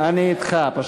אני אתך.